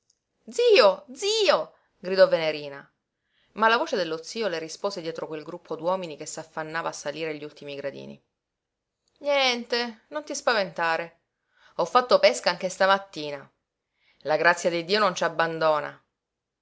zio zio gridò venerina ma la voce dello zio le rispose dietro quel gruppo d'uomini che s'affannava a salire gli ultimi gradini niente non ti spaventare ho fatto pesca anche stamattina la grazia di dio non ci abbandona